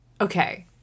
Okay